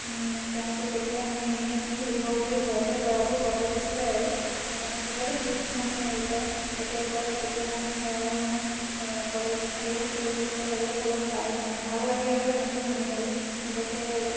তাহাঁতি তেতিয়া মানে এনেই কি সুধিব বুলি ভয়তে ল'ৰাবোৰ পলাই গুচি যায় আৰু মানে খুবেই মানে হেৰি কৰে এতিয়া কয় তেতিয়া আমি সেয়া আৰু মানে কলেজ ফালি আছিলোঁ বুলি কয় আৰু হ'লেও ভাল মানে ভাল লাগে আৰু এনেকৈ শুনি মেলি নিজকে